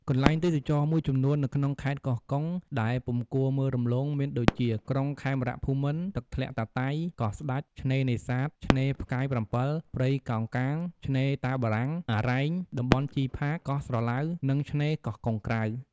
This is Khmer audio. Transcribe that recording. កន្លែងទេសចរណ៍មួយចំនួននៅក្នុងខេត្តកោះកុងដែលពុំគួរមើលរំលង មានដូចជា ក្រុងខេមរភូមិន្ទ ទឹកធ្លាក់តាតៃ កោះស្ដេច ឆ្នេរនេសាទ ឆ្នេរផ្កាយ៧ ព្រៃកោងកាង ឆ្នេរតាបារាំង អារ៉ែង តំបន់ជីផាត កោះស្រឡៅ និងឆ្នេរកោះកុងក្រៅ។